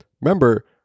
Remember